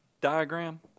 diagram